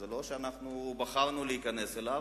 זה לא שאנחנו בחרנו להיכנס אליו,